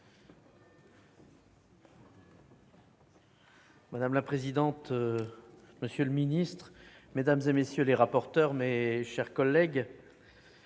Madame la présidente, monsieur le secrétaire d'État, madame, messieurs les rapporteurs, mes chers collègues,